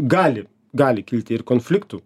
gali gali kilti ir konfliktų